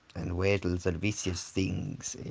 and weasels are vicious things.